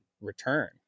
return